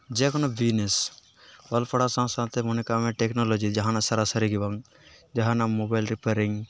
ᱡᱮ ᱠᱚᱱᱳ ᱵᱤᱡᱱᱮᱥ ᱚᱞ ᱯᱟᱲᱦᱟᱣ ᱥᱟᱶ ᱥᱟᱶᱛᱮ ᱢᱚᱱᱮ ᱠᱟᱜ ᱢᱮ ᱴᱮᱠᱱᱳᱞᱚᱡᱤ ᱡᱟᱦᱟᱱᱟᱜ ᱥᱟᱨᱟᱥᱟᱨᱤ ᱜᱮ ᱵᱟᱝ ᱡᱟᱦᱟᱱᱟᱜ ᱢᱳᱵᱟᱭᱤᱞ ᱨᱤᱯᱮᱭᱟᱨᱤᱝ